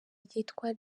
ryitwa